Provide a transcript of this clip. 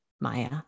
Maya